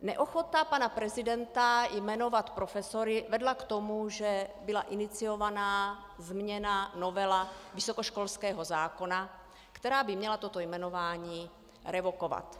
Neochota pana prezidenta jmenovat profesory vedla k tomu, že byla iniciována změna, novela vysokoškolského zákona, která by měla toto jmenování revokovat.